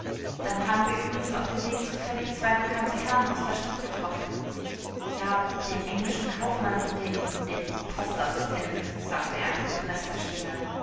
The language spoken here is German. dann haben wir übrigens auf dem wege zufällig zwei bekannte herren aus der stadt getroffen ja den englischen kaufmann und den den postassistenten sagte er mit gepreßter stimme